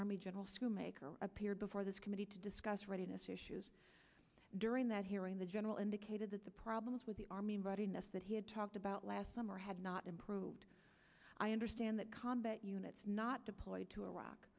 army general school maker appeared before this committee to discuss readiness issues during that hearing the general indicated that the problems with the army readiness that he had talked about last summer had not improved i understand that combat units not deployed to iraq